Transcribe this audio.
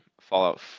Fallout